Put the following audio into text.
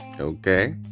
Okay